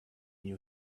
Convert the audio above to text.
you